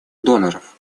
доноров